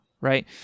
Right